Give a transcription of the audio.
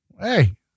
hey